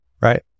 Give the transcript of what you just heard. right